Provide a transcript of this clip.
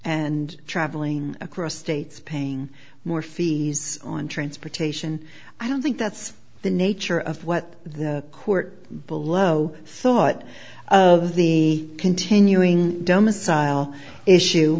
and traveling across states paying more fees on transportation i don't think that's the nature of what the court below thought of the continuing doma sile issue